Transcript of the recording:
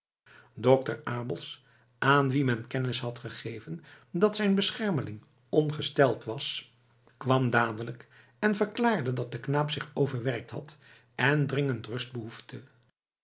dokter abels aan wien men kennis had gegeven dat zijn beschermeling ongesteld was kwam dadelijk en verklaarde dat de knaap zich overwerkt had en dringend rust behoefde